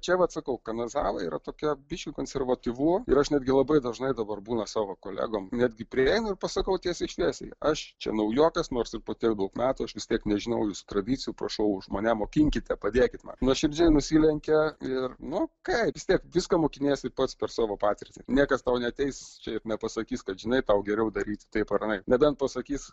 čia vat sakau kanazava yra tokia biški konservatyvu ir aš netgi labai dažnai dabar būna savo kolegom netgi prieinu ir pasakau tiesiai šviesiai aš čia naujokas nors ir po tiek daug metų aš vis tiek nežinau jūsų tradicijų prašau už mane mokinkite padėkit man nuoširdžiai nusilenkia ir nu kaip vis tiek visko mokiniesi ir pats per savo patirtį niekas tau neateis čia ir nepasakys kad žinai tau geriau daryti taip ar anaip nebent pasakys